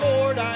Lord